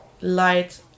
light